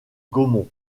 gaumont